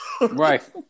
Right